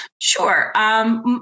Sure